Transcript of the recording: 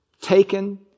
taken